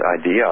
idea